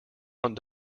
aunt